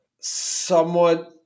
somewhat